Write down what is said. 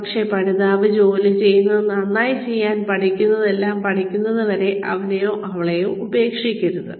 പക്ഷേ പഠിതാവ് ജോലി കഴിയുന്നത്ര നന്നായി ചെയ്യാൻ പഠിക്കാനുള്ളതെല്ലാം പഠിക്കുന്നതുവരെ അവനെയോ അവളെയോ ഉപേക്ഷിക്കരുത്